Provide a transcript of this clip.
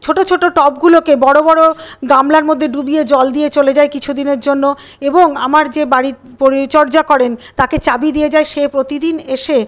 ছোট ছোট টবগুলোকে বড় বড় গামলার মধ্যে ডুবিয়ে জল দিয়ে চলে যাই কিছু দিনের জন্য এবং আমার যে বাড়ির পরিচর্যা করেন তাকে চাবি দিয়ে যাই সে প্রতিদিন এসে